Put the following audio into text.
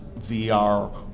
VR